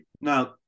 Now